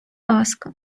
ласка